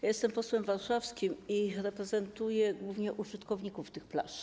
Ja jestem posłem warszawskim i reprezentuję głównie użytkowników tych plaż.